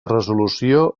resolució